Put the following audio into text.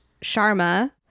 sharma